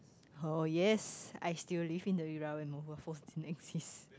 oh yes I still live in the era when mobile phones don't exist